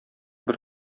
бер